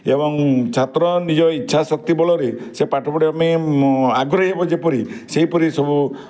ଏବଂ ଛାତ୍ର ନିଜ ଇଚ୍ଛା ଶକ୍ତି ବଳରେ ସେ ପାଠ ପଢ଼ିବା ପାଇଁ ଆଗ୍ରହୀ ହେବ ଯେପରି ସେହିପରି ସବୁ